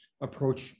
approach